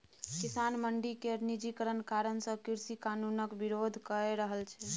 किसान मंडी केर निजीकरण कारणें कृषि कानुनक बिरोध कए रहल छै